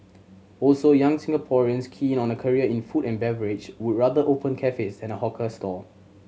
also young Singaporeans keen on a career in food and beverage would rather open cafes than a hawker stall